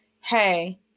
Hey